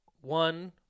one